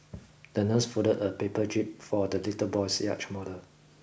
the nurse folded a paper jib for the little boy's yacht model